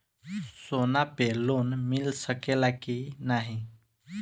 सोना पे लोन मिल सकेला की नाहीं?